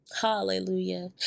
Hallelujah